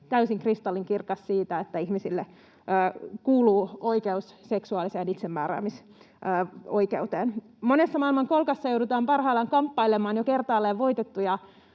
täysin kristallinkirkas siinä, että ihmisille kuuluu oikeus seksuaaliseen itsemääräämisoikeuteen. Monessa maailmankolkassa joudutaan parhaillaan kamppailemaan jo kertaalleen voitettuja